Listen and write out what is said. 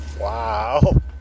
wow